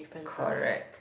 correct